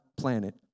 planet